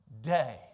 day